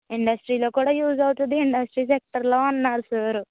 ఇండస్ట్రీలో కూడా యూస్ అవుతుంది ఇండస్ట్రీ సెక్టార్లో అన్నాడు సార్